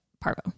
parvo